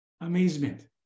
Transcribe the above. amazement